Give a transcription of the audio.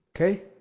Okay